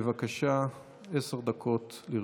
בבקשה, עשר דקות לרשותך.